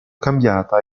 cambiata